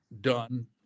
done